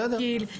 בסדר.